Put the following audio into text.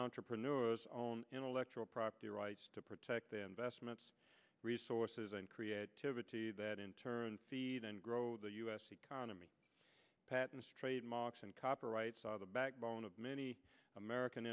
entrepreneurs own intellectual property rights to protect them vestments resources and creativity that in turn feed and grow the u s economy patents trademarks and copyrights are the backbone of many american